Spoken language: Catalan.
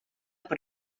per